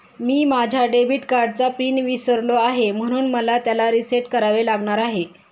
मी माझ्या डेबिट कार्डचा पिन विसरलो आहे म्हणून मला त्याला रीसेट करावे लागणार आहे